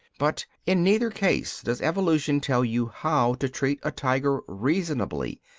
but in neither case does evolution tell you how to treat a tiger reasonably,